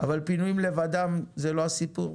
אבל פינויים לבדם זה לא הסיפור,